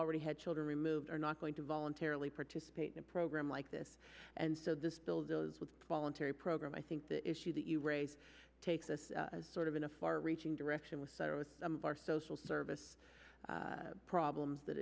already had children removed are not going to voluntarily participate in a program like this and so this bill goes with voluntary program i think the issue that you raise takes us as sort of an a far reaching direction with sorrows of our social service problems that